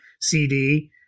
CD